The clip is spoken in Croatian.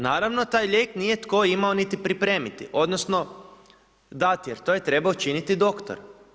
Naravno taj lijek nije imao tko pripremiti, odnosno dati jer to je trebao činiti doktor.